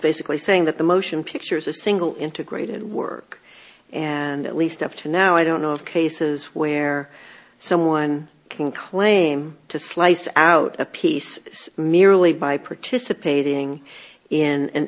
basically saying that the motion picture is a single integrated work and at least up to now i don't know of cases where someone can claim to slice out a piece merely by participating in a